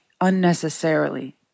unnecessarily